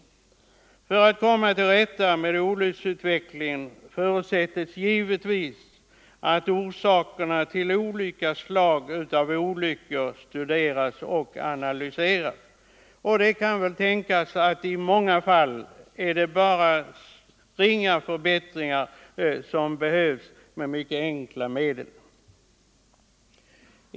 För att man skall kunna komma till rätta med olycksfallsutvecklingen förutsätts givetvis att orsakerna till olika slag av olyckor studeras och analyseras. Det kan väl tänkas att i många fall bara krävs ringa förbättringar, som kan genomföras med mycket enkla medel.